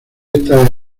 esta